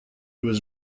was